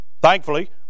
thankfully